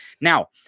Now